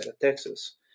Texas